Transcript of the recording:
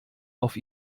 auf